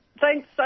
Thanks